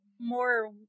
more